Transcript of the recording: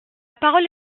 parole